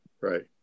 right